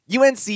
UNC